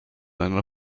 einer